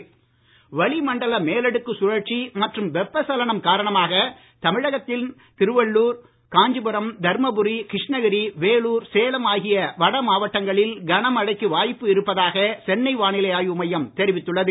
மழை வளிமண்டல மேலடுக்கு சுழற்சி மற்றும் வெப்பச்சலனம் காரணமாக தமிழகத்தின் திருவள்ளுர் காஞ்சிபுரம் தர்மபுரி கிருஷ்ணகிரி வேலூர் சேலம் ஆகிய வடமாவட்டங்களில் கனமழைக்கு வாய்ப்பு இருப்பதாக சென்னை வானிலை ஆய்வு மையம் தெரிவித்துள்ளது